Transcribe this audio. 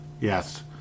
Yes